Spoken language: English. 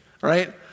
right